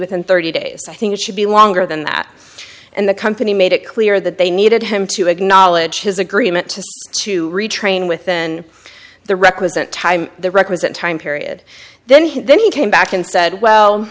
within thirty days i think it should be longer than that and the company made it clear that they needed him to acknowledge his agreement to retrain within the requisite time the requisite time period then he then he came back and said well